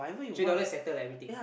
three dollars settle everything